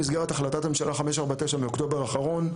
במסגרת החלטת ממשלה 549 מאוקטובר האחרון,